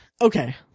okay